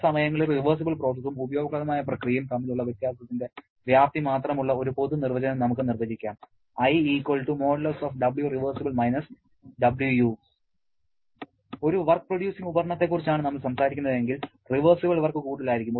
ചില സമയങ്ങളിൽ റിവേഴ്സിബിൾ പ്രോസസും ഉപയോഗപ്രദമായ പ്രക്രിയയും തമ്മിലുള്ള വ്യത്യാസത്തിന്റെ വ്യാപ്തി മാത്രമുള്ള ഒരു പൊതു നിർവചനം നമുക്ക് നിർവചിക്കാം I |Wrev - Wu| ഒരു വർക്ക് പ്രൊഡ്യൂസിങ് ഉപകരണത്തെക്കുറിച്ചാണ് നമ്മൾ സംസാരിക്കുന്നതെങ്കിൽ റിവേർസിബിൾ വർക്ക് കൂടുതലായിരിക്കും